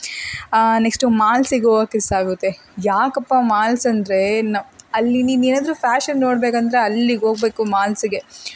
next ಮಾಲ್ಸಿಗೆ ಹೋಗೋಕ್ ಇಷ್ಟ ಆಗುತ್ತೆ ಯಾಕಪ್ಪ ಮಾಲ್ಸ್ ಅಂದರೆ ನ ಅಲ್ಲಿ ನೀನು ಏನಾದ್ರೂ ಫ್ಯಾಷನ್ ನೋಡಬೇಕಂದ್ರೆ ಅಲ್ಲಿಗೆ ಹೋಗ್ಬೇಕು ಮಾಲ್ಸಿಗೆ